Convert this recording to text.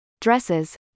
dresses